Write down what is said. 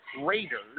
Raiders